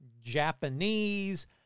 Japanese